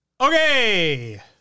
Okay